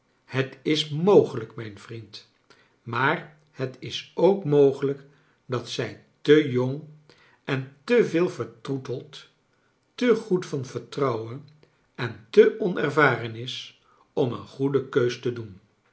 t is mogelijk mijn vriend maar het is ook mogelijk dat zij te jong en te veel vertroeteld te goed van vertrouwen en te onervaren is om een goede keuze te doen